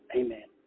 amen